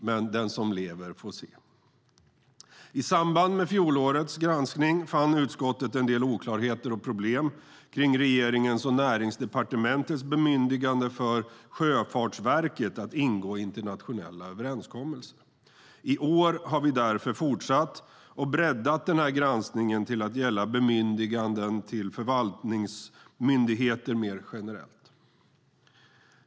Men den som lever får se. I samband med fjolårets granskning fann utskottet en del oklarheter och problem i regeringens och Näringsdepartementets bemyndigande för Sjöfartsverket att ingå internationella överenskommelser. I år har vi därför fortsatt och breddat denna granskning till att gälla bemyndiganden till förvaltningsmyndigheter mer generellt.